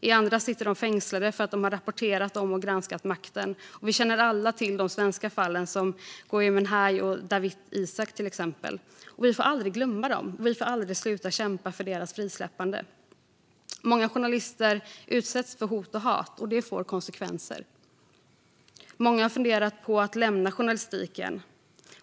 I andra sitter de fängslade för att de har rapporterat om och granskat makten. Vi känner alla till de svenska fallen Gui Minhai och Dawit Isaak. Vi får aldrig glömma dem, och vi får aldrig sluta kämpa för deras frisläppande. Många journalister utsätts för hot och hat. Det får konsekvenser. Många har funderat på att lämna journalistiken.